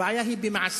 הבעיה היא במעשיו